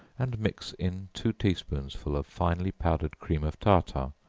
and mix in two tea-spoonsful of finely powdered cream of tartar,